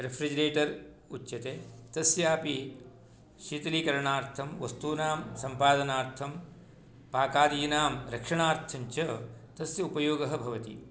refrigerator उच्यते तस्यापि शीतलीकरणार्थं वस्तूनां सम्पादनार्थं पाकादिनां रक्षणार्थञ्च तस्य उपयोगः भवति